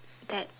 that